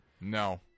No